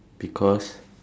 because